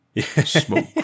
Smoke